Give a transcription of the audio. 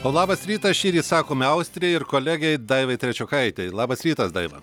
labas rytas šįryt sakome austrijai ir kolegei daivai trečiokaitei labas rytas daiva